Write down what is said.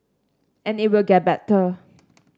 and it will get better